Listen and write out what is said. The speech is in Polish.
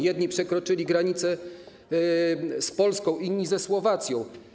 Jedni przekroczyli granicę z Polską, inni ze Słowacją.